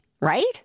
right